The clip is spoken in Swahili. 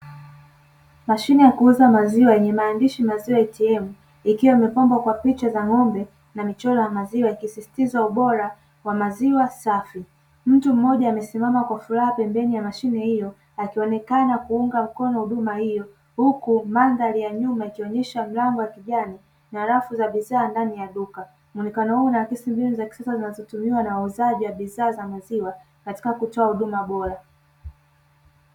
Mashine ya kuuza maziwa yenye maandishi "maziwa ATM" ikiwa imepambwa kwa picha za ng'ombe na michoro ya maziwa ikisisitiza ubora wa maziwa safi. Mtu mmoja amesimama kwa furaha pembeni ya mashine hiyo akionekana kuunga mkono huduma hiyo huku mandhari ya nyuma ikionyesha mlango wa kijani na rafu za bidhaa ndani ya duka. Muonekano huu unaakisi mbinu za kisasa zinazotumiwa na wauzaji wa bidhaa za maziwa katika kutoa huduma bora.